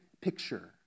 picture